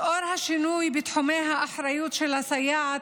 לאור השינוי בתחומי האחריות של הסייעת,